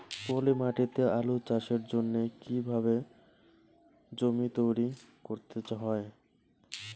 পলি মাটি তে আলু চাষের জন্যে কি কিভাবে জমি তৈরি করতে হয়?